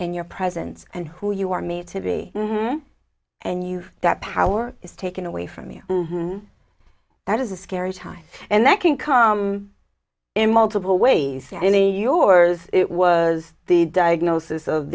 in your presence and who you are me to be and you've got power is taken away from you that is a scary time and that can come in multiple ways any yours it was the diagnosis of